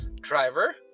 driver